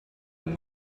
und